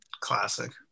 Classic